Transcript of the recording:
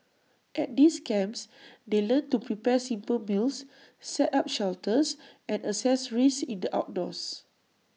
at these camps they learn to prepare simple meals set up shelters and assess risks in the outdoors